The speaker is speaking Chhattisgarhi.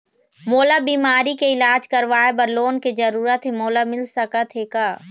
मोला बीमारी के इलाज करवाए बर लोन के जरूरत हे मोला मिल सकत हे का?